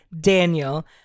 Daniel